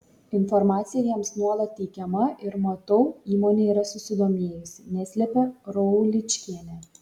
informacija jiems nuolat teikiama ir matau įmonė yra susidomėjusi neslepia rauličkienė